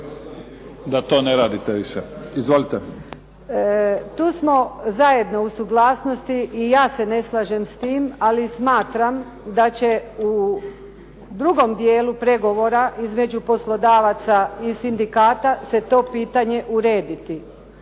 Tu smo zajedno u suglasnosti, i ja se ne slažem s time ali smatram da će u drugom dijelu pregovora između poslodavaca i sindikata se to pitanje urediti.